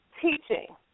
teaching